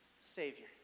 Savior